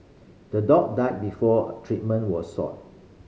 the dog died before treatment was sought